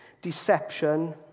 deception